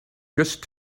just